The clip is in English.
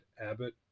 Abbott